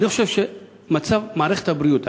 אני חושב שמצב מערכת הבריאות,